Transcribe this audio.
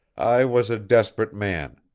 i was a desperate man,